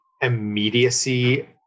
immediacy